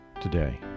today